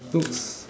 looks